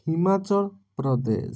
Himachal Pradesh